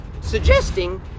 suggesting